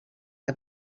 que